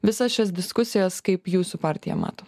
visas šias diskusijas kaip jūsų partija mato